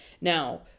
now